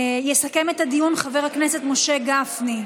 יסכם את הדיון חבר הכנסת משה גפני.